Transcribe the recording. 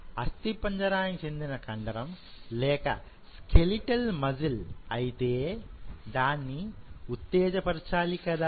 అస్థిపంజరానికి చెందిన కండరం లేకస్కెలిటల్ మజిల్ అయితే దాన్ని ఉత్తేజపరచాలి కదా